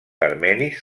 armenis